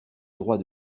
droit